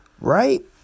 Right